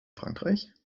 frankreich